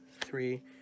three